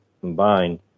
combined